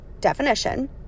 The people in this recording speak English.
definition